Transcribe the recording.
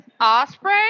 Osprey